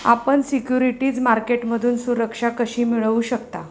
आपण सिक्युरिटीज मार्केटमधून सुरक्षा कशी मिळवू शकता?